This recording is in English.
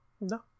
No